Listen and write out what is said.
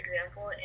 example